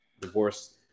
divorce